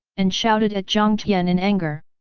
and shouted at jiang tian in anger.